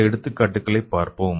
சில எடுத்துக்காட்டுகளைப் பார்ப்போம்